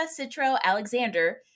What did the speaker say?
Citro-Alexander